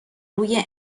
روی